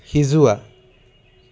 সিজোৱা